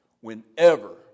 Whenever